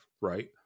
right